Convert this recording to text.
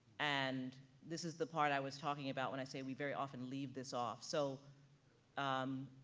and this is the part i was talking about when i say we very often leave this off. so um